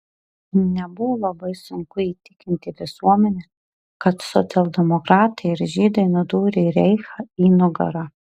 nebuvo labai sunku įtikinti visuomenę kad socialdemokratai ir žydai nudūrė reichą į nugarą